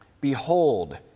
Behold